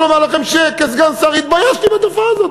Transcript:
וכסגן שר התביישתי בתופעה הזאת,